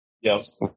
Yes